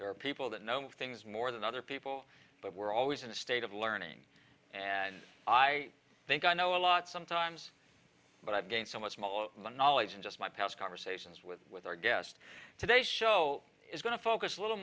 there are people that know things more than other people but we're always in a state of learning and i think i know a lot sometimes but i've gained so much more knowledge than just my past conversations with with our guest today show is going to focus a little